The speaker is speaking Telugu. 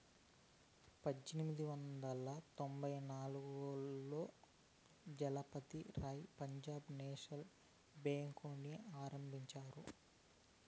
పజ్జేనిమిది వందల తొంభై నాల్గులో లాల లజపతి రాయ్ పంజాబ్ నేషనల్ బేంకుని ఆరంభించారు